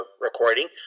recording